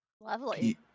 Lovely